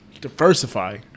Diversify